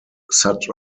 such